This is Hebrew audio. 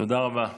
תודה רבה.